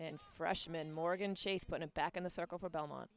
and freshman morgan chase put it back in the circle for belmont